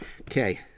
okay